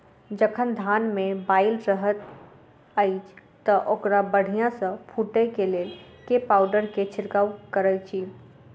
जखन धान मे बाली हएत अछि तऽ ओकरा बढ़िया सँ फूटै केँ लेल केँ पावडर केँ छिरकाव करऽ छी?